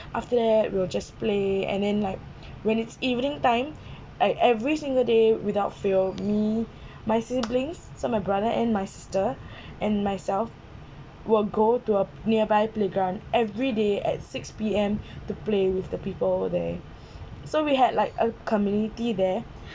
after that we will just play and then like when it's evening time like every single day without fail me my siblings so my brother and my sister and myself will go to a nearby playground every day at six P_M to play with the people there so we had like a community there